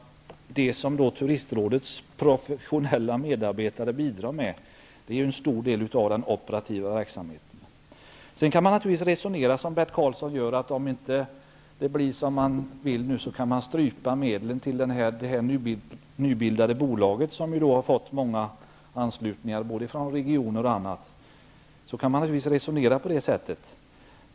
Det som Turistrådets professionella medarbetare bidrar med är en stor del av den operativa verksamheten. Man kan resonera som Bert Karlsson och säga att om det inte blir som man vill, kan man strypa tillförseln av medel till det nybildade bolaget. Bolaget har fått många anslutningar från bl.a. regioner.